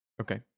Okay